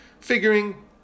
figuring